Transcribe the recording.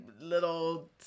little